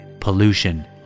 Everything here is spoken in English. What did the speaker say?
pollution